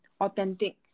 authentic